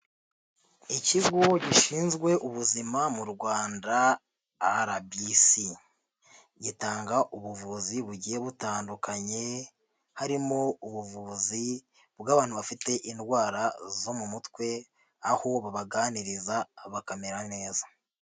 Ikigo gishinzwe Ubuzima mu Rwanda RBC. Gitanga ubuvuzi bugiye butandukanye, harimo ubuvuzi bw'abantu bafite indwara zo mu mutwe, aho babaganiriza bakamera neza.